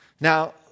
Now